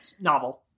Novel